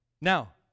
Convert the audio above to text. Now